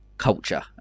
culture